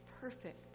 perfect